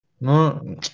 No